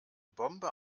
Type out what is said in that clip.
bombe